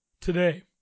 today